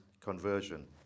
conversion